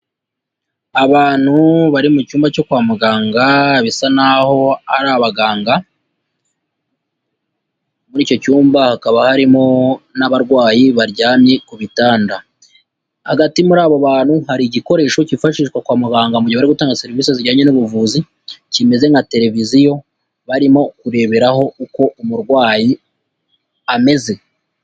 Abantu bari mu cyumba cyo kwa muganga bisa n'aho ari abaganga, muri icyo cyumba hakaba harimo n'abarwayi baryamye ku bitanda, hagati muri abo bantu hari igikoresho cyifashishwa kwa muganga mu gutanga serivisi zijyanye n'ubuvuzi, kimeze nka televiziyo barimo kureberaho uko umurwayi ameze.